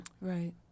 Right